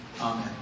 amen